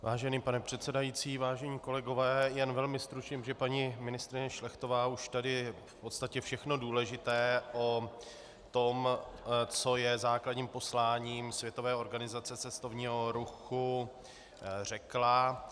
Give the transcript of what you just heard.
Vážený pane předsedající, vážení kolegové, jen velmi stručně, protože paní ministryně Šlechtová už tady v podstatě všechno důležité o tom, co je základním posláním Světové organizace cestovního ruchu, řekla.